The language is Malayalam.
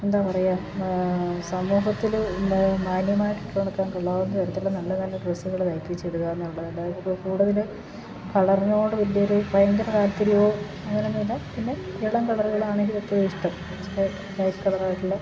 എന്താ പറയുക സമൂഹത്തിൽ ഇന്ന് മാന്യമായിട്ട് ഇട്ടു നടക്കാൻ കൊള്ളാവുന്ന തരത്തിൽ നല്ല നല്ല ഡ്രസ്സുകൾ തയ്പ്പിച്ചിടുക എന്നുള്ളതല്ലാതെ ഇപ്പോൾ കൂടുതൽ കളറിനോട് വലിയ ഒരു ഭയങ്കര താല്പര്യമോ അങ്ങനെയൊന്നുമില്ല പിന്നെ ഇളം കളറുകളാണെങ്കിലൊക്കെ ഇഷ്ടം ലൈറ്റ് കളർ ആയിട്ടുള്ള